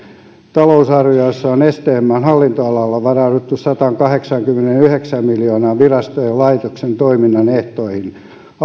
talousarviossa on stmn hallinnonalalla varauduttu sataankahdeksaankymmeneenyhdeksään miljoonaan virastojen ja laitosten toiminnan ehtoihin